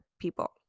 people